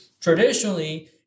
traditionally